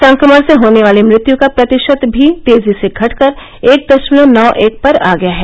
संक्रमण से होने वाली मृत्यू का प्रतिशत भी तेजी से घटकर एक दशमलव नौ एक पर आ गया है